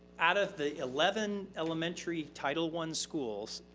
out of the eleven elementary title one schools,